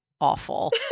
awful